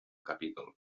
capítol